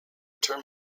term